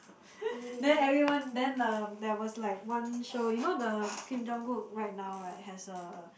then everyone then um there was like one show you know the Kim-Jong-Kook right now right has a